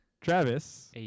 Travis